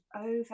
over